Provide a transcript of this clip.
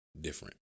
different